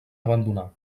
abandonar